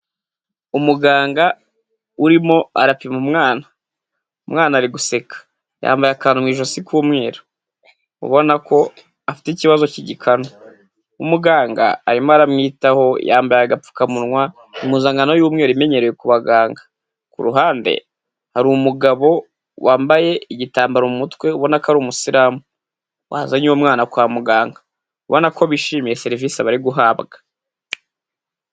Umuganga urimo arapima umwana. Umwana ari guseka. Yambaye akantu mu ijosi k'umweru, ubona ko afite ikibazo cy'igikanu. Umuganga arimo aramwitaho, yambaye agapfukamunwa, impuzankano y'umweru imenyerewe ku baganga. Ku ruhande hari umugabo wambaye igitambaro mu mutwe ubona ko ari umusilamu wazanye uwo umwana kwa muganga, ubona ko bishimiye serivisi bari guhabwa.